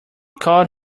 called